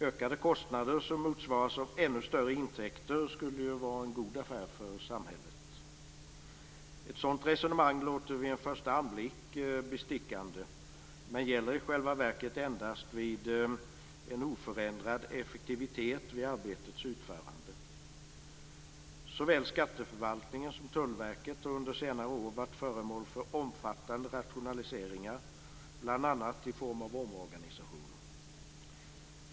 Ökade kostnader som motsvaras av ännu större intäkter skulle ju vara en god affär för samhället. Ett sådant resonemang låter vid en första anblick bestickande men gäller i själva verket endast vid en oförändrad effektivitet vid arbetets utförande. Såväl skatteförvaltningen som Tullverket har under senare år varit föremål för omfattande rationaliseringar, bl.a. i form av omorganisationer.